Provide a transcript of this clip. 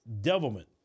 devilment